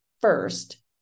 first